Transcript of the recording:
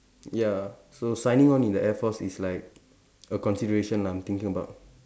ya so signing on in the air force is like a consideration lah I'm thinking about